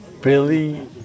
Billy